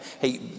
hey